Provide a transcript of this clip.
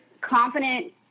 confident